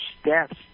steps